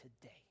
today